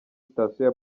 station